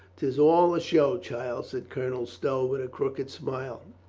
tis all a show, child, said colonel stow with a crooked smile.